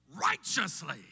righteously